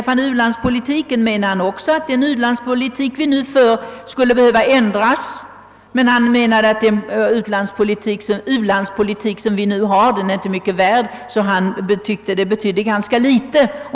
Vad u-landspolitiken angår, menade han att den måste ändras, men eftersom den inte vore mycket värd tyckte han att det betydde ganska litet.